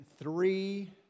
three